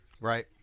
Right